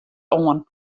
oan